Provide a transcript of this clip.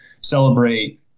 celebrate